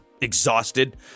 exhausted